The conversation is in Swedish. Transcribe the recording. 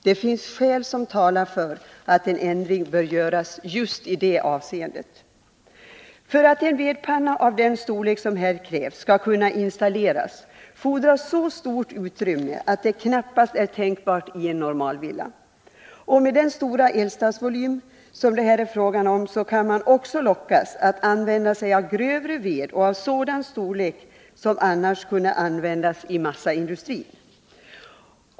Det finns skäl som talar för att en ändring bör göras just i det avseendet. För att en vedpanna av den storlek som här krävs skall kunna installeras fordras så stort utrymme att det knappast är tänkbart i en normalvilla. Med den stora eldstadsvolym som det här är fråga om kan man också lockas att använda grövre ved och ved av sådan storlek att den annars hade kunnat Nr 115 användas i massaindustrin.